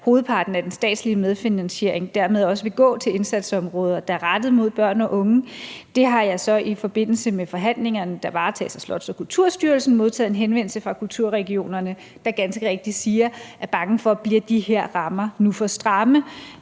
hovedparten af den statslige medfinansiering dermed også vil gå til indsatsområder, der er rettet mod børn og unge, og jeg har så i forbindelse med forhandlingerne, der varetages af Slots- og Kulturstyrelsen, modtaget en henvendelse fra kulturregionerne, der ganske rigtigt siger, at man er bange for, om de her rammer nu bliver for stramme.